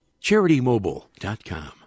CharityMobile.com